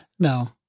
No